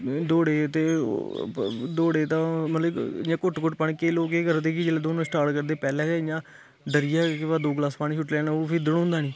दौड़े ते दौड़े तां मतलब कि घुट्ट घुट्ट पानी केईं लोग केह् करदे कि दौड़ना स्टार्ट करदे पैह्लें गै इ'यां डरियै केह् पता दो ग्लास पानी सु'ट्टी लैन ओह् फ्ही दड़ोंदा निं